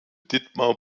dietmar